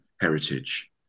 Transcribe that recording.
heritage